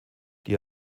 die